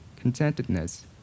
contentedness